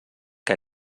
que